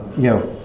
you know,